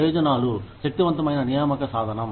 ప్రయోజనాలు శక్తివంతమైన నియామక సాధనం